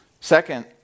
Second